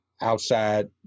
outside